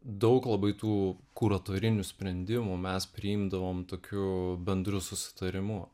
daug labai tų kuratorinių sprendimų mes priimdavom tokiu bendru susitarimu